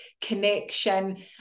connection